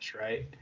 right